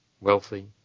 wealthy